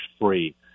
free